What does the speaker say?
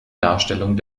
darstellungen